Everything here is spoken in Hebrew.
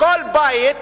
כל בית